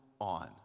on